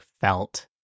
felt